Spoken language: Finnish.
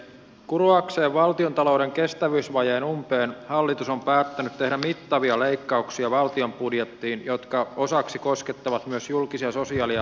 kuroakseen valtiontalouden kestävyysvajeen umpeen hallitus on päättänyt tehdä valtion budjettiin mittavia leikkauksia jotka osaksi koskettavat myös julkisia sosiaali ja terveyspalveluita